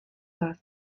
vás